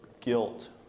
guilt